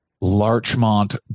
larchmont